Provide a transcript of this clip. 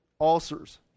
Ulcers